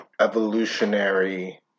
evolutionary